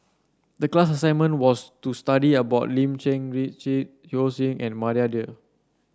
the class assignment was to study about Lim Cherng Yih Richard Yeo Song and Maria Dyer